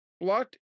Blocked